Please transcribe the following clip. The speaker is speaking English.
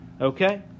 Okay